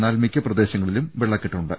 എന്നാൽ മിക്ക പ്രദേശങ്ങളിലും വെളളക്കെട്ടുണ്ട്